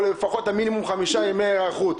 או לפחות חמישה ימי הערכות.